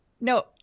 No